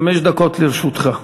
חמש דקות לרשותך.